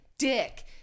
Dick